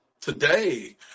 today